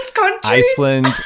Iceland